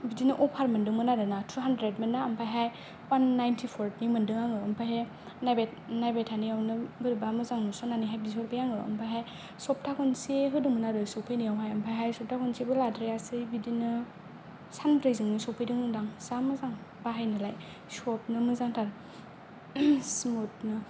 बिदिनो अफार मोनदोंमोन आरो ना थु हान्ड्रेडमोनना ओमफायहाय अवान हान्ड्रेद नाइनटिफरनि मोनदों आरो ओमफायहाय नायबाय थानायावनो बोरैबा मोजां नुसन्नानै बिहरबाय आङो ओमफायहाय सप्ता खनसे होदोंमोन आरो सफैनायावहाय ओमफायहाय सप्ता खनसेबो लाद्रायासै बिदिनो सानब्रैजोंनो सफैदोंहोनदां जा मोजां बाहायनोलाय सफ्तनो मोजांथार स्मुथनो